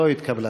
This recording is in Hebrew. לא התקבלה.